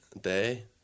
day